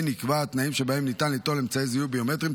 כן נקבע התנאים שבהם ניתן ליטול אמצעי זיהוי ביומטריים,